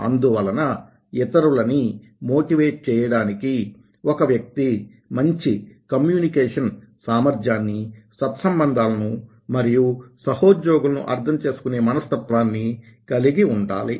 అందువలన ఇతరులని మోటివేట్ చేయడానికి ఒక వ్యక్తి మంచి కమ్యూనికేషన్ సామర్థ్యాన్నీ సత్సంబంధాలను మరియు సహోద్యోగులను అర్థం చేసుకునే మనస్తత్వాన్నీ కలిగి ఉండాలి